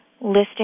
listing